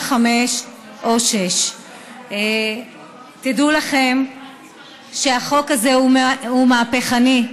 02-6408045/6. תדעו לכם שהחוק הזה הוא מהפכני,